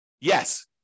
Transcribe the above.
Yes